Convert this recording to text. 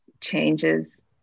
changes